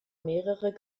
mehrere